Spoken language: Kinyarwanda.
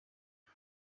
ngo